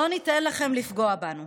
לא ניתן לכם לפגוע בנו.